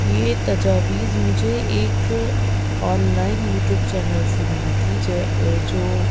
یہ تجاویز مجھے ایک آن لائن یوٹیوب چینل سے ملی تھی جب جو